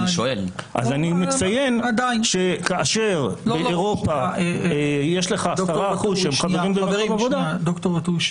אז אני מציין שכאשר באירופה יש לך 10% של חברים -- דוקטור וטורי,